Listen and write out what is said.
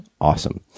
Awesome